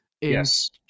yes